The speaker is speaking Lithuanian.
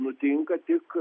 nutinka tik